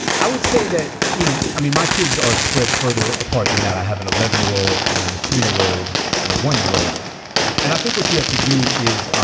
i would say that, you know, i mean, my kids are spread further apart than that. i have an eleven year old and then a three year old and a one year old and i think what you have to do is